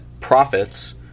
profits